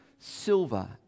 silver